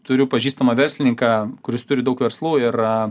turiu pažįstamą verslininką kuris turi daug verslų ir